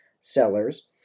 sellers